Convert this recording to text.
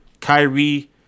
Kyrie